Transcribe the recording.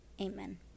Amen